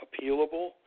appealable